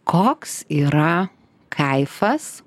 koks yra kaifas